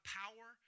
power